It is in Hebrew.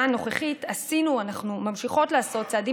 הנוכחית עשינו ואנחנו ממשיכות לעשות צעדים